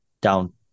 down